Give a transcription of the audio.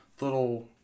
little